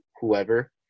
whoever